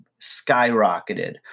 skyrocketed